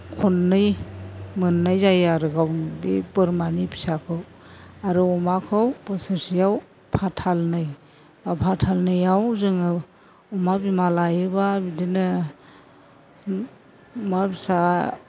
खननै मोननाय जायो आरो गाव बे बोरमानि फिसाखौ आरो अमाखौ बोसोरसेयाव फाथालनै दा फाथालनैयाव जोङो अमा बिमा लायोबा बिदिनो अमा फिसा